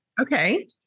okay